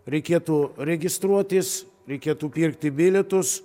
reikėtų registruotis reikėtų pirkti bilietus